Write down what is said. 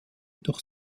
durch